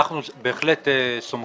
אני מציע שחבר הכנסת רוזנטל ישתה כוס מים.